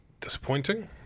disappointing